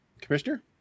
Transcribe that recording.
Commissioner